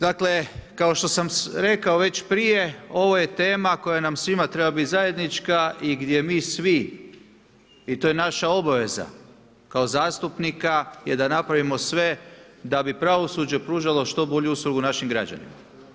Dakle kao što sam rekao već prije ovo je tema koja nam svima treba biti zajednička i gdje mi svi i to je naša obaveza kao zastupnika je da napravimo sve da bi pravosuđe pružalo što bolju uslugu našim građanima.